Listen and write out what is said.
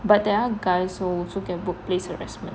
but there are guys who also get workplace harassment